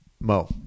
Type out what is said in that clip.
Mo